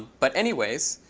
but, anyways,